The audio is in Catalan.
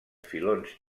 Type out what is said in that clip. filons